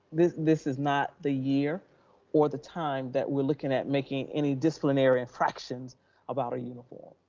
this this is not the year or the time that we're looking at making any disciplinary infractions about a uniform,